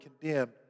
condemned